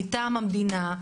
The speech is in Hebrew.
מטעם המדינה,